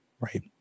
Right